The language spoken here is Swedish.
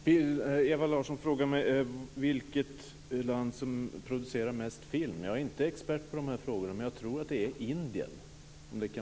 Herr talman! Ewa Larsson frågar mig vilket land som producerar mest film. Jag är inte expert på dessa frågor, men jag tror att det är Indien.